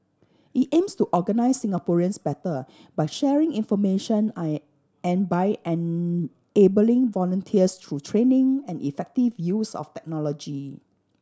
it aims to organise Singaporeans better by sharing information I and by an enabling volunteers through training and effective use of technology